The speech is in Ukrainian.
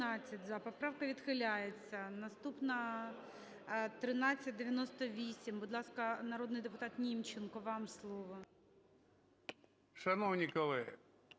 Поправка відхиляється. Наступна 1398. Будь ласка, народний депутат Німченко, вам слово.